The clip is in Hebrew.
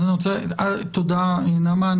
תודה, נעמה.